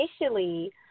initially